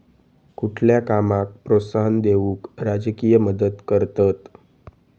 कुठल्या कामाक प्रोत्साहन देऊक राजकीय मदत करतत